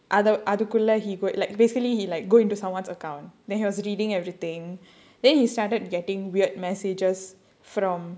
அத அதுக்குள்ள:adha adhukulla he go like basically he like go into someone's account then he was reading everything then he started getting weird messages from